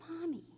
Mommy